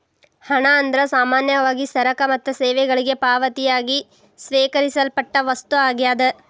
ಹಣ ಅಂದ್ರ ಸಾಮಾನ್ಯವಾಗಿ ಸರಕ ಮತ್ತ ಸೇವೆಗಳಿಗೆ ಪಾವತಿಯಾಗಿ ಸ್ವೇಕರಿಸಲ್ಪಟ್ಟ ವಸ್ತು ಆಗ್ಯಾದ